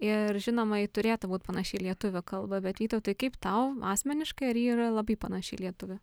ir žinoma ji turėtų būt panaši į lietuvių kalbą bet vytautui kaip tau asmeniškai ar ji yra labai panaši į lietuvių